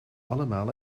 allemaal